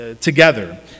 together